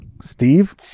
Steve